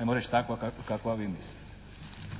ajmo reći takva kakva vi mislite.